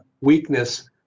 weakness